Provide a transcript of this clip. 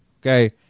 Okay